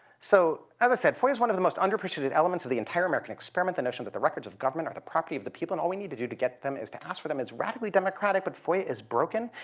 so, as i said, foia's one of the most underappreciated elements of the entire american experiment. the notion that the records of government are the property of the people and all we need to do to get them is to ask for them is radically democratic but foia is broken.